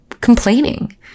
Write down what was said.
complaining